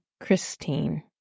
Christine